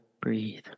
breathe